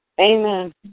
Amen